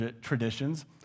traditions